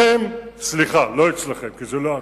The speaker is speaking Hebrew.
אצלכם, סליחה, לא אצלכם, כי זה לא אתה,